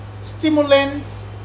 stimulants